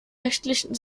rechtlichen